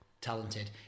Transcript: talented